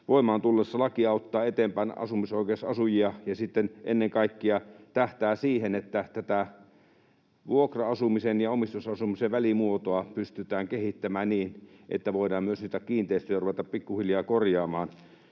voimaan tullessaan laki auttaa eteenpäin asumisoikeusasujia ja sitten ennen kaikkea tähtää siihen, että tätä vuokra-asumisen ja omistusasumisen välimuotoa pystytään kehittämään niin, että voidaan myös niitä kiinteistöjä ruveta pikkuhiljaa korjaamaan.